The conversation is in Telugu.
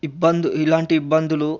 ఇబ్బందులు ఇలాంటి ఇబ్బందులు